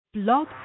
Blog